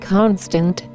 Constant